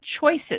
choices